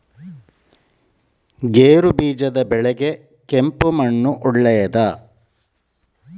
ಗೇರುಬೀಜದ ಬೆಳೆಗೆ ಕೆಂಪು ಮಣ್ಣು ಒಳ್ಳೆಯದಾ?